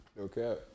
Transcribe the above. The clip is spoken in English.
Okay